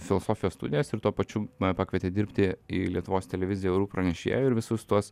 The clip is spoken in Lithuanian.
filosofijos studijas ir tuo pačiu mane pakvietė dirbti į lietuvos televiziją orų pranešėju ir visus tuos